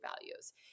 values